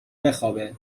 بخوابه